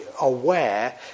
aware